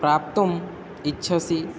प्राप्तुम् इच्छसि